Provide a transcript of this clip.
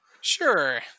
Sure